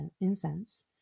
incense